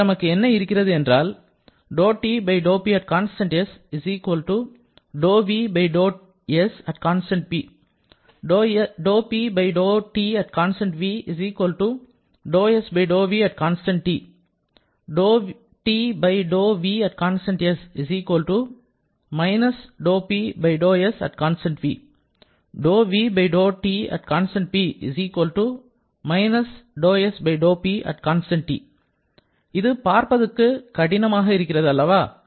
இங்கு நமக்கு இருக்கிறது என்னவென்றால் இது பார்ப்பதற்கு கடினமாக இருக்கிறது அல்லவா